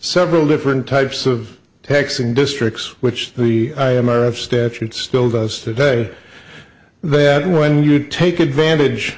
several different types of taxing districts which the i am i have statutes still does today that when you take advantage